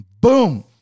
Boom